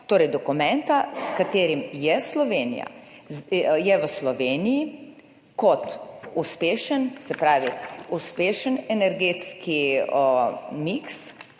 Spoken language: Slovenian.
torej dokumenta, s katerim je v Sloveniji kot uspešen energetski miks